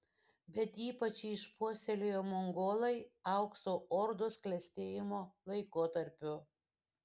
bet ypač jį išpuoselėjo mongolai aukso ordos klestėjimo laikotarpiu